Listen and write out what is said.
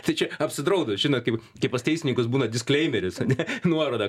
tai čia apsidraudus žinot kaip kaip pas teisininkus būna diskleimeris ane nuoroda